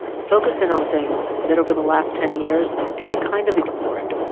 focus in on things that over the last ten years she'd kind of ignored,